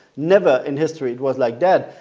never in history it was like that.